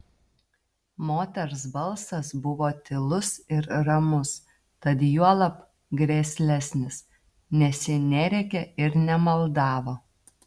moters balsas buvo tylus ir ramus tad juolab grėslesnis nes ji nerėkė ir nemaldavo